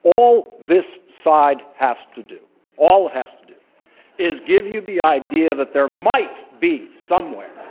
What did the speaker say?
all this side has to do all it has to do is give you the idea that there might be somewhere,